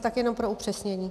Tak jenom pro upřesnění.